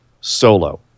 solo